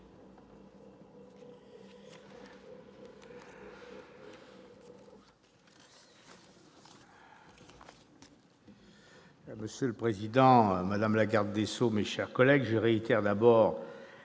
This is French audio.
Monsieur le président, madame la garde des sceaux, mes chers collègues, je réitère tout d'abord